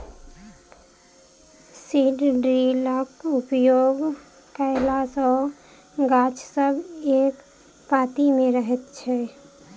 seed ड्रिलक उपयोग कयला सॅ गाछ सब एक पाँती मे रहैत छै